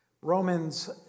Romans